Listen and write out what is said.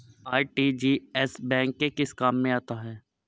RTGS bank के किस काम में आता है?